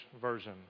version